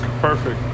Perfect